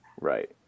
Right